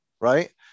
right